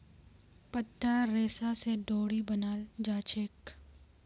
पत्तार रेशा स डोरी बनाल जाछेक